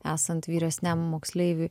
esant vyresniam moksleiviui